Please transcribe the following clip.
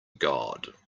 god